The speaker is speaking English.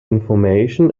information